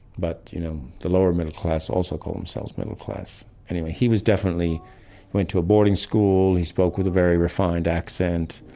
but you know, the lower middle class also call themselves middle-class. anyway, he was definitely, he went to a boarding school, he spoke with a very refined accent,